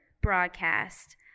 broadcast